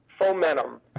fomentum